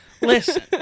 Listen